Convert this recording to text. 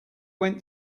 went